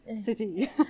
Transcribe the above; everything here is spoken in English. city